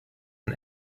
ein